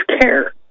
care